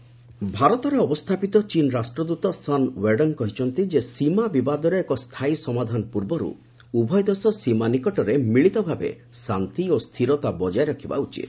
Chinese envoy ଭାରତରେ ଅବସ୍ଥାପିତ ଚୀନ ରାଷ୍ଟ୍ରଦୂତ ସନ୍ ୱେଡଙ୍ଗ୍ କହିଛନ୍ତି ଯେ ସୀମା ବିବାଦର ଏକ ସ୍ଥାୟୀ ସମାଧାନ ପୂର୍ବରୁ ଉଭୟ ଦେଶ ସୀମା ନିକଟରେ ମିଳିତ ଭାବେ ଶାନ୍ତି ଓ ସ୍ଥିରତା ବଜାୟ ରଖିବା ଉଚିତ